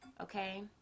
Okay